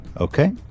Okay